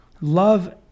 Love